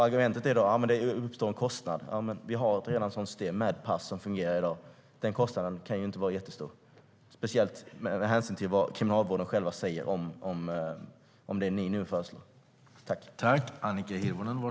Argumentet är att det uppstår en kostnad. Men vi har ju redan ett sådant system med pass som fungerar i dag. Den kostnaden kan inte vara jättestor, speciellt med hänsyn till vad Kriminalvården själv säger om det ni nu föreslår.